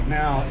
now